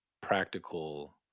practical